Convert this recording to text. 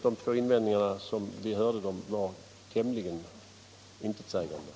De två invändningar vi fått höra är alltså tämligen intentsägande.